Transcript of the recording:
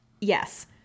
Yes